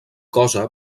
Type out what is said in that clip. cosa